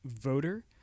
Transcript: voter